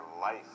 life